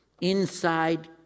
inside